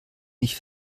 mich